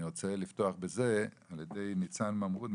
אני ארצה לפתוח בזה על ידי ניצן ממרוד,